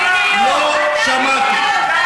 לא שמעתי.